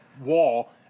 wall